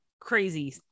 crazy